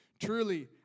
truly